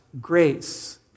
grace